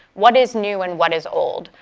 what is new and what is old,